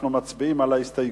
אנחנו מצביעים על ההסתייגות.